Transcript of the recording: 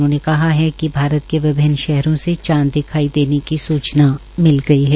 उन्होंने कहा है कि भारत के विभन्न शहरों से चांद दिखाई देने की सूचना मिल गई है